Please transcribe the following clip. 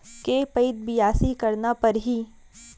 के पइत बियासी करना परहि?